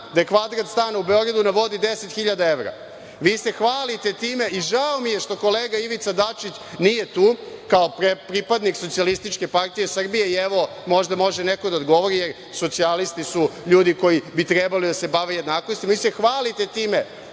gde je kvadrat stana u Beogradu na vodi 10.000 evra. Vi se hvalite time i žao mi je što kolega Ivica Dačić nije tu kao pripadnik Socijalističke partije Srbije i evo, možda može neko da odgovori, socijalisti su ljudi koji bi trebali da se bave jednakostima, vi se hvalite time